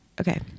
okay